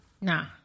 nah